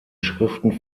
schriften